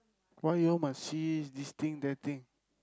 why you all must cease this thing that thing